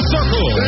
Circle